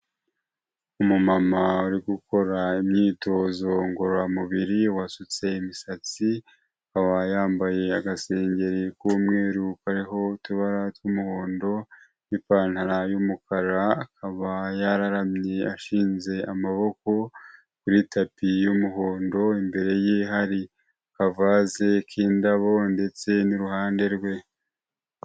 Umumama uri gukora imyitozo ngororamubiri wasutse imisatsi, akaba yambaye agasengeri k'umweru kariho utubara tw'umuhondo n'ipantaro y'umukara, akaba yararamye ashinze amaboko kuri tapi y'umuhondo, imbere ye hari akavaze k'indabo ndetse n'iruhande rwe.